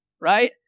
right